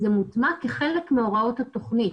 זה מוטמע כחלק מהוראות התכנית.